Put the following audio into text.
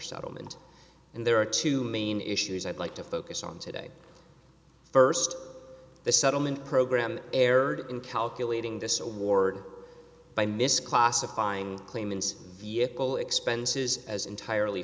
settlement and there are two main issues i'd like to focus on today first the settlement program aired in calculating this award by mis classifying claimants vehicle expenses as entirely